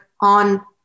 on